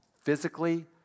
physically